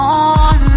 on